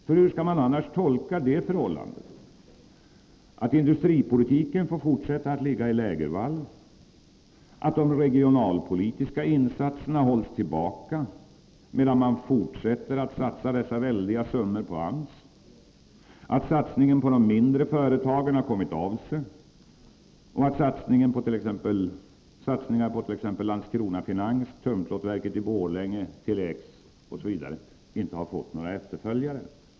För hur skall man annars tolka det förhållandet att industripolitiken får fortsätta att ligga i lägervall, att de regionalpolitiska insatserna hålls tillbaka medan man fortsätter att satsa dessa väldiga summor på AMS, att satsningen på de mindre företagen har kommit av sig och att satsningarna på Landskrona Finans, tunnplåtverket i Brolänge, Tele-X osv. inte har fått några efterföljare.